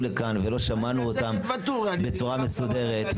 לכאן ולא שמענו אותם בצורה מסודרת,